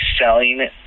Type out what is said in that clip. selling